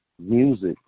music